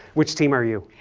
which team are you?